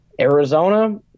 Arizona